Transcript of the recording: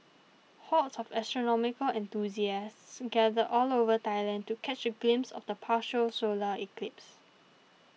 hordes of astronomical enthusiasts gathered all over Thailand to catch a glimpse of the partial solar eclipse